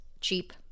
cheap